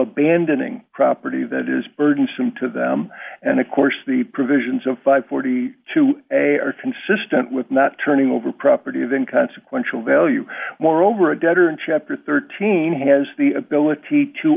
abandoning property that is burdensome to them and of course the provisions of five hundred and forty two dollars are consistent with not turning over property then consequential value moreover a debtor in chapter thirteen has the ability to